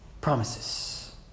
promises